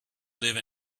live